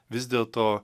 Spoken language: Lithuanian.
vis dėl to